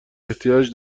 احتیاج